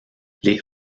les